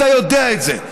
אתה יודע את זה.